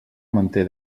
manté